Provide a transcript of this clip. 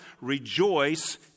rejoice